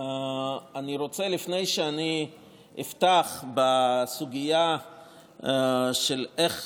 לפני שאני אפתח בסוגיה של איך